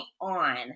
on